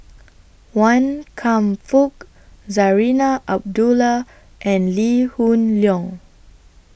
Wan Kam Fook Zarinah Abdullah and Lee Hoon Leong